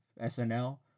SNL